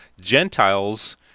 Gentiles